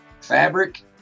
fabric